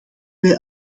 wij